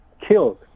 killed